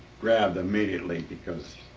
grabbed immediately because